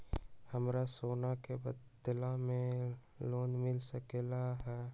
हमरा सोना के बदला में लोन मिल सकलक ह?